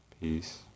peace